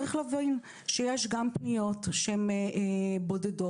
צריך להבין שיש גם פניות שהן בודדות,